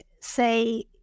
say